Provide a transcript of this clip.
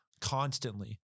constantly